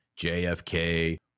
JFK